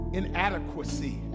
inadequacy